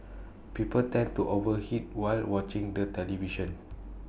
people tend to overeat while watching the television